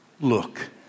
look